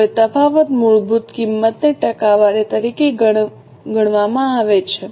હવે તફાવત મૂળભૂત કિંમતની ટકાવારી તરીકે ગણવામાં આવે છે